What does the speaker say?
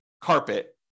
carpet